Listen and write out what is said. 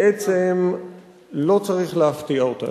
בעצם לא צריך להפתיע אותנו.